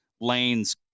lanes